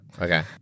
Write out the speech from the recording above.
Okay